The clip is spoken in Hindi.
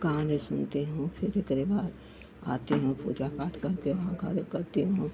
कहानी सुनती हूँ फिर एकरे बाद आती हूँ पूजा पाठ करके वहाँ कार्य करती हूँ